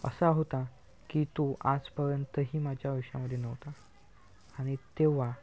असा होता की तो आजपर्यंतही माझ्या आयुष्यामध्ये नव्हता आणि तेव्हा